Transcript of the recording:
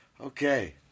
Okay